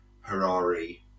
Harari